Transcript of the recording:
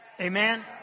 Amen